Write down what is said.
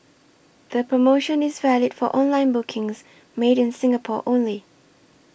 the promotion is valid for online bookings made in Singapore only